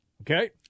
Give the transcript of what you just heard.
Okay